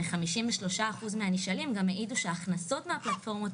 53% מהנשאלים גם העידו שההכנסות מהפלטפורמות